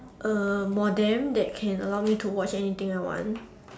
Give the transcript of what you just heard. a modem that can allow me to watch anything I want